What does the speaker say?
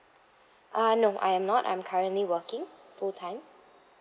uh no I am not I'm currently working full time